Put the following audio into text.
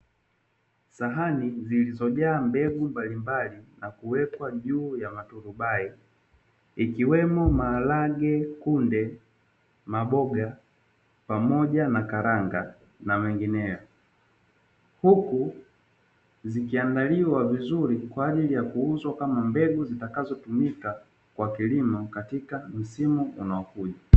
Sahani zilizojaa mbegu mbalimbali na kuwekwa juu ya maturubai ikiwemo:maharage, kunde ,maboga pamoja na karanga na mengineo ,huku zikiandaliwa vizuri kwa ajili ya kuuza kama mbegu zitakazotumika kwa kilimo katika msimu unaokuja.